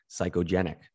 psychogenic